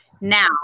Now